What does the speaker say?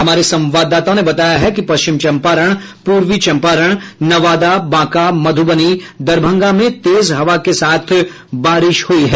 हमारे संवाददाताओं ने बताया है कि पश्चिम चंपारण पूर्वी चंपारण नवादा बांका मधुबनी दरभंगा में तेज हवा के साथ बारिश हुई है